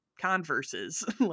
converses